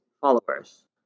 followers